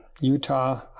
Utah